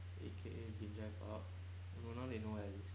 A_K_A brinjal park and one only you know lah